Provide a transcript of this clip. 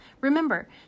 Remember